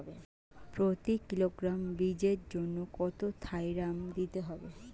প্রতি কিলোগ্রাম বীজের জন্য কত থাইরাম দিতে হবে?